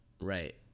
right